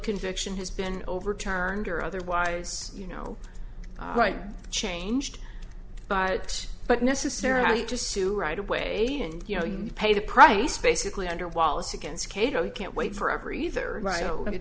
conviction has been overturned or otherwise you know right changed but but necessarily just to right away and you know you pay the price basically under wallace against cato you can't wait forever either right o